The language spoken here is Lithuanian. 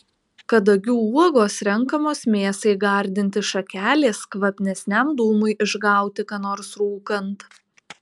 kadagių uogos renkamos mėsai gardinti šakelės kvapnesniam dūmui išgauti ką nors rūkant